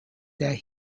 that